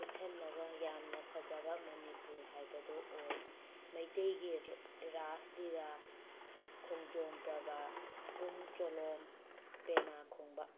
ꯄꯨꯟꯁꯤꯜꯂꯒ ꯌꯥꯝꯅ ꯐꯖꯕ ꯃꯅꯤꯄꯨꯔ ꯍꯥꯏꯕꯗꯣ ꯑꯣꯏ ꯃꯩꯇꯩꯒꯤ ꯔ ꯔꯥꯁ ꯂꯤꯂꯥ ꯈꯣꯡꯖꯣꯝ ꯄꯔꯕ ꯄꯨꯡ ꯆꯣꯂꯣꯝ ꯄꯦꯅꯥ ꯈꯣꯡꯕ